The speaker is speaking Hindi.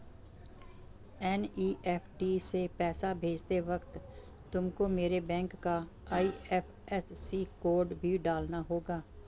एन.ई.एफ.टी से पैसा भेजते वक्त तुमको मेरे बैंक का आई.एफ.एस.सी कोड भी डालना होगा